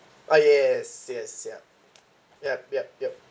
ah yes yes yup yup yup yup